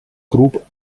групп